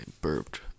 burped